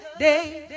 day